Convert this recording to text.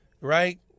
right